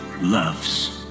loves